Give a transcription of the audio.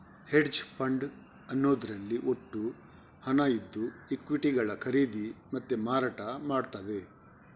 hedge fund ಅನ್ನುದ್ರಲ್ಲಿ ಒಟ್ಟು ಹಣ ಇದ್ದು ಈಕ್ವಿಟಿಗಳ ಖರೀದಿ ಮತ್ತೆ ಮಾರಾಟ ಮಾಡ್ತದೆ